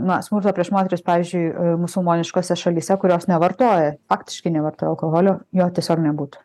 na smurto prieš moteris pavyzdžiui musulmoniškose šalyse kurios nevartoja faktiškai nevartoja alkoholio jo tiesiog nebūtų